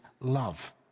love